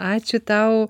ačiū tau